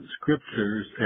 scriptures